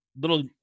little